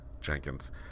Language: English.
Jenkins